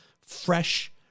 fresh